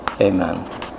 amen